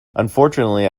unfortunately